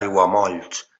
aiguamolls